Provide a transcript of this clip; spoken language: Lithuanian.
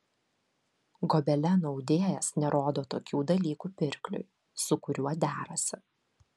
gobelenų audėjas nerodo tokių dalykų pirkliui su kuriuo derasi